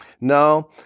No